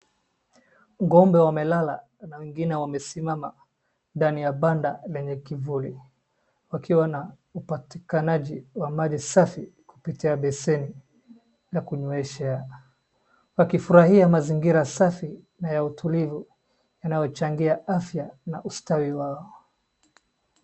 Ng'ombe wamelala na wengine wamesimama ndani ya banda lenye kivuli wakiwa na upatikanaji wa maji safi kupitia beseni la kunyweshea. Wakifurahia mazingira safi na ya utulivu yanayochangia afya na ustawi wao.